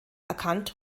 erkannt